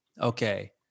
okay